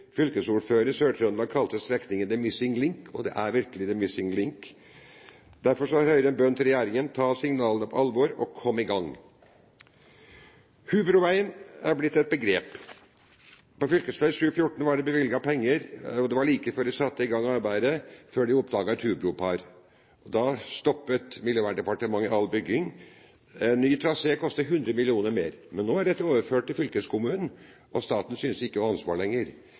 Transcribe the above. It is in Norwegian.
i Sør-Trøndelag kalte strekningen «the missing link», og det er virkelig «the missing link». Derfor har Høyre en bønn til regjeringen: Ta signalene på alvor og kom i gang. Hubroveien er blitt et begrep. Til fv. 714 var det bevilget penger, og like før de satte i gang arbeidet, oppdaget de et hubropar. Da stoppet Miljøverndepartementet all bygging. Ny trasé koster 100 mill. kr mer. Nå er dette overført til fylkeskommunen, og staten synes ikke å ha ansvar lenger.